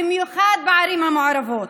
במיוחד בערים המעורבות.